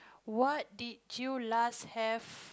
what did you last have